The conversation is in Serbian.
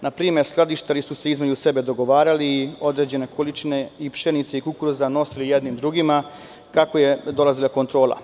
Na primer, skladištari su se između sebe dogovarali i određene količine pšenice i kukuruza nosili jedni drugima kako je dolazila kontrola.